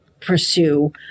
pursue